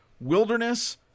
wilderness